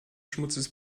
schmutzes